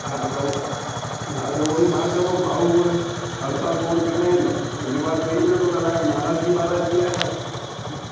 हा त हा त उहोई मां चयो भाऊ हूंअं हर साल फोन कंदा आहिनि हिन बार कई न अथनि अलाइ नाराज़गी वाराज़गी आहे छा